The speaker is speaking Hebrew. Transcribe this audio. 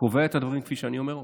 קובע את הדברים כפי שאני אומר אותם,